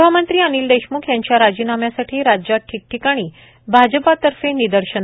गृहमंत्री अनिल देशमुख यांच्या राजीनाम्यासाठी राज्यात ठिकठिकाणी भाजपातर्फे निदर्शन